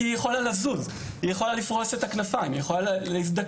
כי היא יכולה לזוז, לפרוס את הכנפיים ולהזדקף.